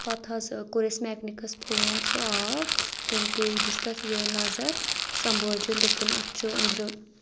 پتہٕ حظ کوٚر اَسہِ میکنِکس فون سُہ آو تٔمۍ تے دِژ یہِ تَتھ نظر سمبٲجِنۍ دوٚپُن اَتھ چھُ أنٛدرٕ